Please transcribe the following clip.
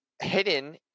Hidden